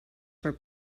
for